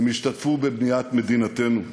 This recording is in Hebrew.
הם השתתפו בבניית מדינתנו.